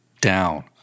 down